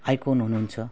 icon हुनु हुन्छ